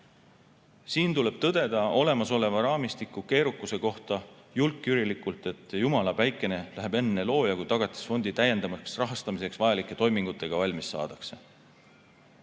Siin tuleb tõdeda olemasoleva raamistiku keerukuse kohta julkjürilikult, et jumala päikene läheb enne looja, kui Tagatisfondi lisarahastamiseks vajalike toimingutega valmis saadakse.